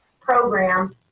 Program